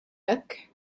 hekk